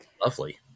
lovely